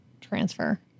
transfer